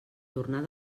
tornar